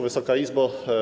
Wysoka Izbo!